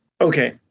okay